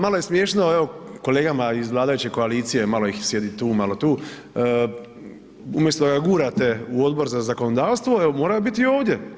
Malo je smiješno evo kolegama iz vladajuće koalicije malo ih sjedi tu, malo tu, umjesto da gurate u Odbor za zakonodavstvo, evo moraju biti ovdje.